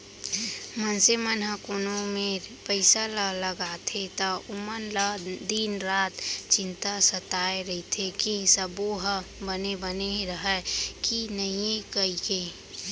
मनसे मन ह कोनो मेर पइसा ल लगाथे त ओमन ल दिन रात चिंता सताय रइथे कि सबो ह बने बने हय कि नइए कइके